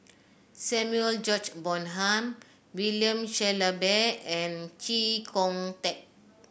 Samuel George Bonham William Shellabear and Chee Kong Tet